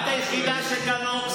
צריך להגיד, את היחידה שעולה כאן באומץ.